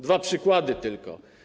Dwa przykłady tylko.